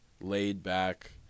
laid-back